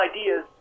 ideas